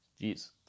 Jeez